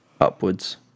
upwards